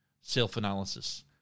self-analysis